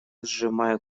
сжимая